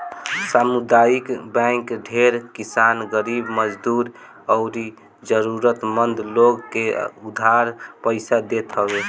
सामुदायिक बैंक ढेर किसान, गरीब मजदूर अउरी जरुरत मंद लोग के उधार पईसा देत हवे